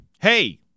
Hey